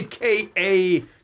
aka